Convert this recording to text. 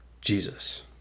Jesus